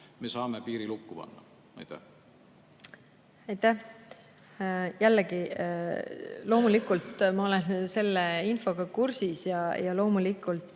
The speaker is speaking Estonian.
me saame piiri lukku panna. Aitäh,